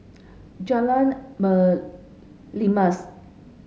Jalan Merlimau